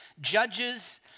Judges